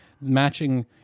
matching